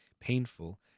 painful